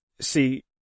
See